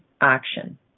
action